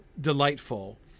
delightful